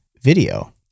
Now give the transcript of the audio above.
video